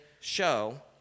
show